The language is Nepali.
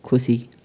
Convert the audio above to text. खुसी